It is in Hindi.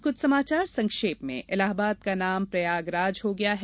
अब कुछ समाचार संक्षेप में इलाहबाद का नाम प्रयागराज हो गया है